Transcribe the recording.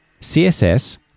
CSS